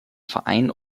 verein